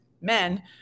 men